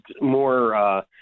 more –